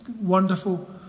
wonderful